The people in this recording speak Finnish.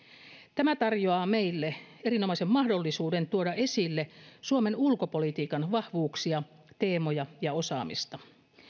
tämä tarjoaa meille erinomaisen mahdollisuuden tuoda esille suomen ulkopolitiikan vahvuuksia teemoja ja osaamista